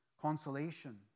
consolation